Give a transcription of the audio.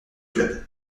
club